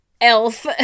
elf